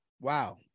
Wow